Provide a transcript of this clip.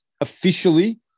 officially